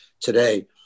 today